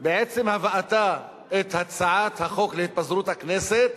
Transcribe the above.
בעצם הבאתה את הצעת החוק להתפזרות הכנסת